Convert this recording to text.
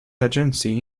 agency